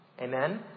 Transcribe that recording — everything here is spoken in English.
Amen